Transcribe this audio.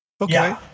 okay